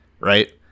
right